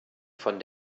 von